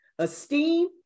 Esteem